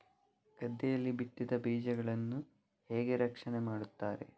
ಗದ್ದೆಯಲ್ಲಿ ಬಿತ್ತಿದ ಬೀಜಗಳನ್ನು ಹೇಗೆ ರಕ್ಷಣೆ ಮಾಡುತ್ತಾರೆ?